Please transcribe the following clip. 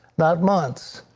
not months.